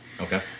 Okay